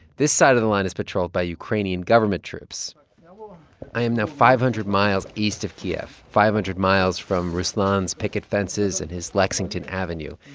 this side of the line is patrolled by ukrainian government troops i am now five hundred miles east of kiev, five hundred miles from ruslan's picket fences and his lexington avenue.